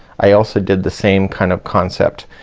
i also did the same kind of concept.